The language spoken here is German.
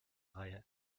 reihe